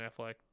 Affleck